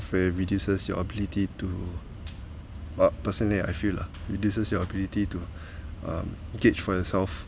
reduces your ability to but personally I feel lah reduces your ability to um gauge for yourself